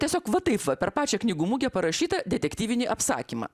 tiesiog va taip va per pačią knygų mugę parašytą detektyvinį apsakymą